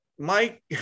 Mike